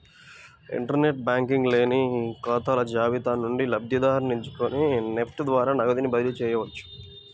inter net banking లోని ఖాతాల జాబితా నుండి లబ్ధిదారుని ఎంచుకొని నెఫ్ట్ ద్వారా నగదుని బదిలీ చేయవచ్చు